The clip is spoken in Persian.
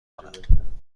کنم